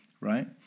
right